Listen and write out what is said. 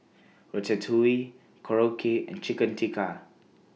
Ratatouille Korokke and Chicken Tikka